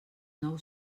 nou